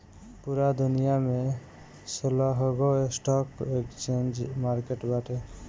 पूरा दुनिया में सोलहगो स्टॉक एक्सचेंज मार्किट बाटे